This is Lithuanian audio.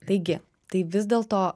taigi tai vis dėlto